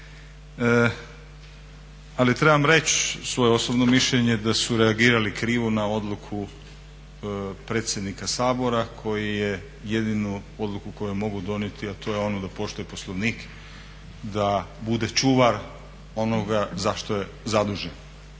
ali trebam reći svoje osobno mišljenje da su reagirali krivo na odluku predsjednika Sabora koji je jedinu odluku koju je mogao donijeti a to je ono da poštuje Poslovnik, da bude čuvar onoga za što je zadužen.